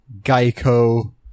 Geico